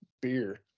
beer